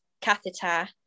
catheter